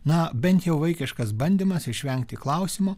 na bent jau vaikiškas bandymas išvengti klausimo